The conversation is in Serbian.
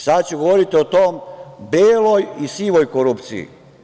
Sad ću govoriti o toj beloj i sivoj korupciji.